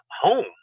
home